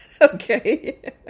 Okay